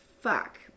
fuck